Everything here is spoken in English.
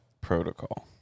protocol